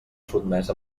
sotmès